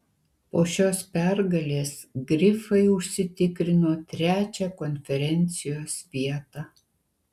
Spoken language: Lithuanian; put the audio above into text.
po šios pergalės grifai užsitikrino trečią konferencijos vietą